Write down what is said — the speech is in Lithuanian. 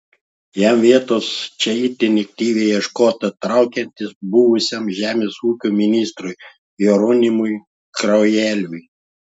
jam vietos čia itin aktyviai ieškota traukiantis buvusiam žemės ūkio ministrui jeronimui kraujeliui